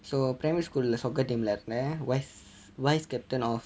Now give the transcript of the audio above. so primary school இலெ:ile soccer team இலெ இருந்தேன்:ile irunthen vice captain of